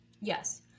yes